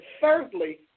thirdly